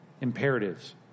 imperatives